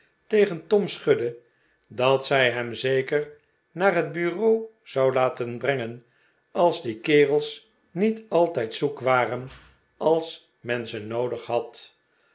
tegen tom schudde dat zij hem zeker naar het bureau zou laten brengen als die kerels niet altijd zoek waren als men ze npodig had